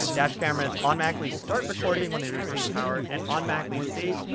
dash cameras automatically start recording when they receive power and automatically save,